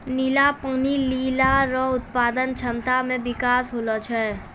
नीला पानी लीली रो उत्पादन क्षमता मे बिकास होलो छै